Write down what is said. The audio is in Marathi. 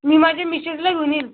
मी माझ्या मिशेसला घेऊन येईल